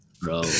Bro